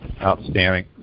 Outstanding